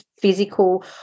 physical